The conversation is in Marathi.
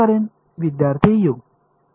विद्यार्थीः U